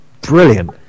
brilliant